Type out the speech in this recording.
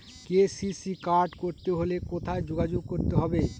KCC card করতে হলে কোথায় যোগাযোগ করতে হবে?